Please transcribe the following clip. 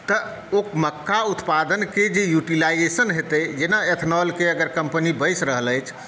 तऽ ओ मक्का उत्पादनके जे यूटिलाइजेशन हेतै जेना एथनॉलके अगर कम्पनी बैस रहल अछि